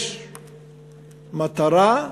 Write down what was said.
יש מטרה: